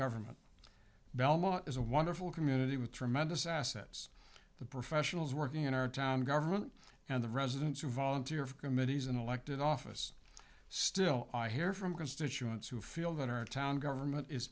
government belmont is a wonderful community with tremendous assets the professionals working in our town government and the residents who volunteer for committees and elected office still i hear from constituents who feel that our town government is